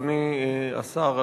אדוני השר,